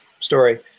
story